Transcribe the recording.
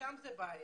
וזו הבעיה.